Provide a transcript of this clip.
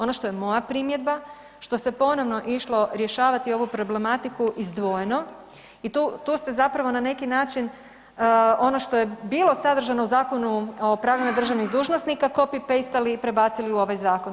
Ono što je moja primjedba, što se ponovno išlo rješavati ovu problematiku izdvojeno i tu ste zapravo na neki način ono što je bilo sadržano u Zakonu o pravima državnih dužnosnika copy pastali i prebacili u ovaj zakon.